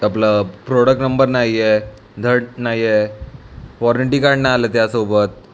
आपलं product number नाही आहे धड नाही आहे वॉरंटी कार्ड नाही आलं त्यासोबत